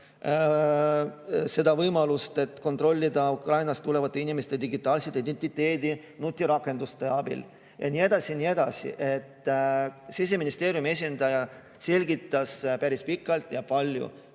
annab võimaluse kontrollida Ukrainast tulevate inimeste digitaalset identiteeti nutirakenduste abil. Ja nii edasi, ja nii edasi. Siseministeeriumi esindaja selgitas päris pikalt, kuidas